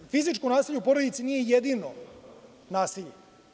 Fizičko nasilje u porodici nije jedino nasilje.